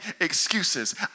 excuses